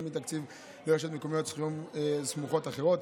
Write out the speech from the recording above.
מהתקציב לרשויות מקומיות סמוכות אחרות.